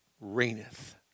reigneth